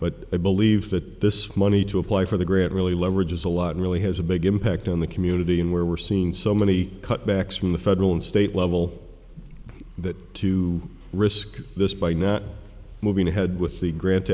but i believe that this money to apply for the great really leverage is a lot really has a big impact on the community and where we're seeing so many cutbacks from the federal and state level that to risk this by not moving ahead with the grant